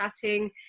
chatting